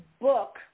book